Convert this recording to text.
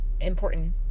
important